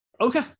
Okay